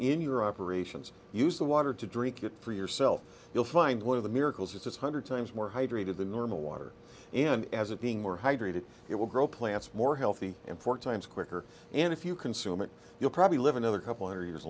your operations use the water to drink it for yourself you'll find one of the miracles it's a hundred times more hydrated than normal water and as it being more hydrated it will grow plants more healthy and four times quicker and if you consume it you'll probably live another couple hundred years